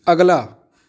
ਅਗਲਾ